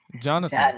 Jonathan